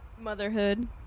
Motherhood